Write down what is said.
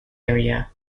area